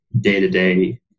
day-to-day